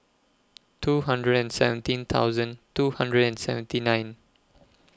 two hundred and seventeen thousand two hundred and seventy nine